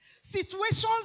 Situations